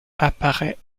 apparaît